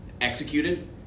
executed